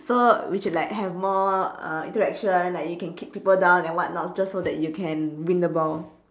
so we should like have like more uh interaction like you can kick people down and what not just so that you can win the ball